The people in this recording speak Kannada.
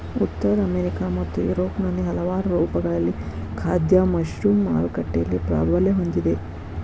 ಉತ್ತರ ಅಮೆರಿಕಾ ಮತ್ತು ಯುರೋಪ್ನಲ್ಲಿ ಹಲವಾರು ರೂಪಗಳಲ್ಲಿ ಖಾದ್ಯ ಮಶ್ರೂಮ್ ಮಾರುಕಟ್ಟೆಯಲ್ಲಿ ಪ್ರಾಬಲ್ಯ ಹೊಂದಿದೆ